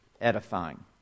edifying